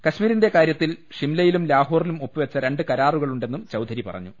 കശ്മീരിന്റെ കാര്യത്തിൽ ഷിംലയിലും ലാഹോറിലും ഒപ്പുവെച്ച രണ്ട് കരാറുകളുണ്ടെന്നും ചൌധരി പറഞ്ഞു